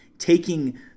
taking